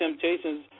Temptations